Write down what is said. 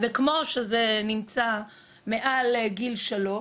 וכמו שזה נמצא מעל גיל שלוש,